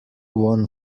won